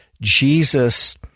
Jesus